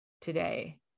today